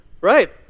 right